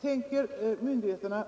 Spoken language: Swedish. Tänker statsmakterna